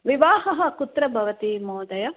विवाहः कुत्र भवति महोदय